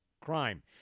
crime